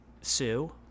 sue